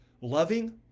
loving